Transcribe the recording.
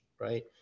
right